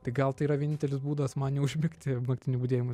tai gal tai yra vienintelis būdas man neužmigti naktinių budėjimų